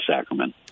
sacrament